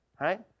right